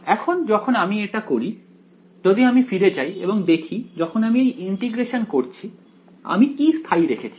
এখন যখন আমি এটা করি যদি আমি ফিরে যাই এবং দেখি যখন আমি এই ইন্টিগ্রেশন করছি আমি কি স্থায়ী রেখেছি